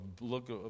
look